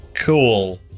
Cool